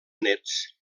néts